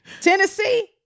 Tennessee